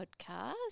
podcast